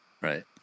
Right